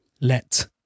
let